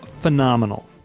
phenomenal